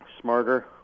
smarter